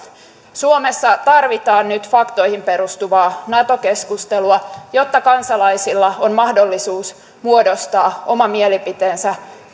suomessa tarvitaan nyt faktoihin perustuvaa nato keskustelua jotta kansalaisilla on mahdollisuus muodostaa oma mielipiteensä